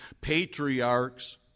patriarchs